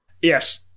Yes